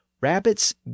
rabbits